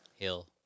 Hill